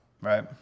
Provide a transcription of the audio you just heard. Right